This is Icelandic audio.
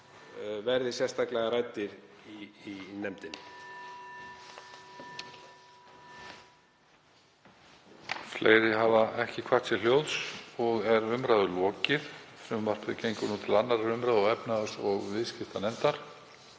verði sérstaklega ræddir í nefndinni.